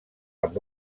amb